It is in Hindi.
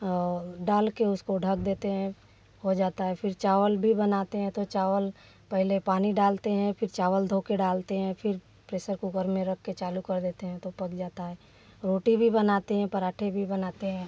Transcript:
और डाल के उसको ढक देते हैं हो जाता है फिर चावल भी बनाते हैं तो चावल पहले पानी डालते हैं फिर चावल धो कर डालते हैं फिर प्रेसर कूकर में रखके चालू कर देते हैं तो पक जाता है रोटी भी बनाते हैं पराँठे भी बनाते हैं